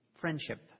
friendship